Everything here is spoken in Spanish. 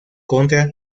contra